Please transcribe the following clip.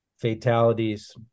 fatalities